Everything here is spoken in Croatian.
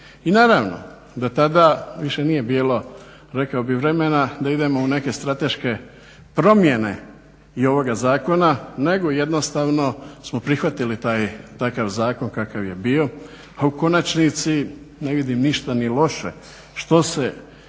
I naravno da tada više nije bilo rekao bih vremena da idemo u neke strateške promjene i ovoga zakona nego jednostavno smo prihvatili taj takav zakon kakav je bio, a u konačnici ne vidim ništa ni loše što se